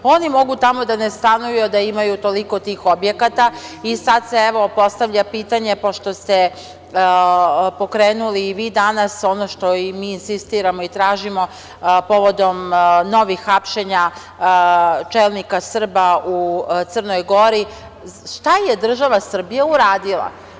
Oni mogu tamo da ne stanuju, a da imaju toliko tih objekata i sada se postavlja pitanje, pošto ste pokrenuli i vi danas ono što i mi insistiramo i tražimo, povodom novih hapšenja čelnika Srba u Crnoj Gori, šta je država Srbija uradila?